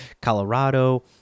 colorado